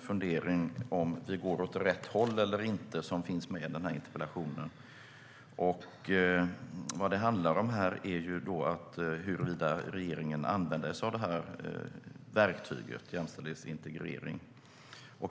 Funderingen om vi går åt rätt håll eller inte finns med i interpellationen. Det handlar om huruvida regeringen använder sig av verktyget jämställdhetsintegrering.